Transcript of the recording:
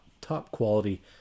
top-quality